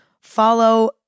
Follow